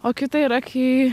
o kita yra kai